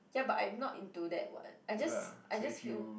ya but I'm not into that [what] I just I just feel